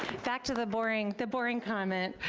back to the boring, the boring comment.